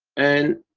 and.